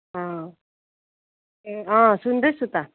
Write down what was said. अँ ए अँ सुन्दै छु त